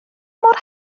mor